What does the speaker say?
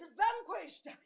vanquished